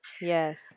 Yes